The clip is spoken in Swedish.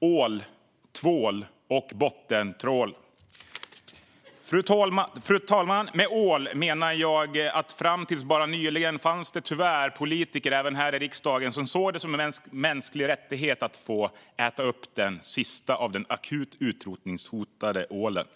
ål, tvål och bottentrål. Med ål menar jag att det fram till bara nyligen tyvärr fanns politiker även här i riksdagen som såg det som en mänsklig rättighet att få äta upp den sista av den akut utrotningshotade ålen.